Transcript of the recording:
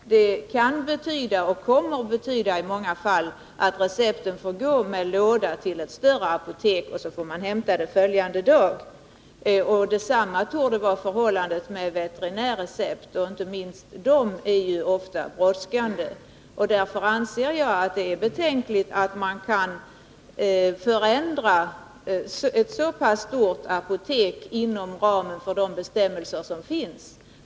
Det kan betyda, och kommer i många fall att betyda, att recepten får gå med låda till ett större apotek, så att man får hämta medicinen följande dag. Detsamma torde vara förhållandet med veterinärrecept, och inte minst de är ofta brådskande. Därför anser jag att det är betänkligt att man kan förändra ett så pass stort apotek inom ramen för de bestämmelser som finns.